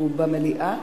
הוא במליאה?